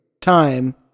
time